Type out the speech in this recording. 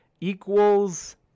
equals